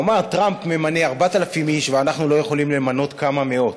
הוא אמר: טראמפ ממנה 4,000 איש ואנחנו לא יכולים למנות כמה מאות.